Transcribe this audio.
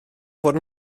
fod